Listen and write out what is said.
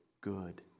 good